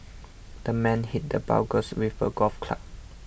the man hit the burglar with a golf club